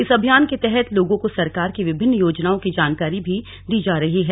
इस अभियान के तहत लोगों को सरकार की विभिन्न योजनाएं की जानकारी भी दी जा रही है